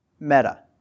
Meta